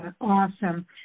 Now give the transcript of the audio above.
awesome